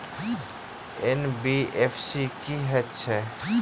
NBFC की हएत छै?